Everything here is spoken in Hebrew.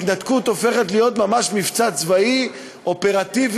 התנתקות הופכת להיות ממש מבצע צבאי אופרטיבי,